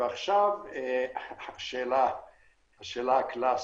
עכשיו השאלה הקלסית: